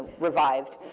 revived.